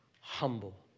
humble